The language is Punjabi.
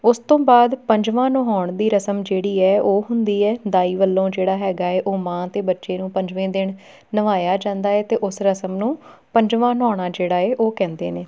ਉਸ ਤੋਂ ਬਾਅਦ ਪੰਜਵਾਂ ਨਹਾਉਣ ਦੀ ਰਸਮ ਜਿਹੜੀ ਹੈ ਉਹ ਹੁੰਦੀ ਹੈ ਦਾਈ ਵੱਲੋਂ ਜਿਹੜਾ ਹੈਗਾ ਹੈ ਉਹ ਮਾਂ ਅਤੇ ਬੱਚੇ ਨੂੰ ਪੰਜਵੇਂ ਦਿਨ ਨਵਾਇਆ ਜਾਂਦਾ ਹੈ ਅਤੇ ਉਸ ਰਸਮ ਨੂੰ ਪੰਜਵਾਂ ਨਵਾਉਣਾ ਜਿਹੜਾ ਹੈ ਉਹ ਕਹਿੰਦੇ ਨੇ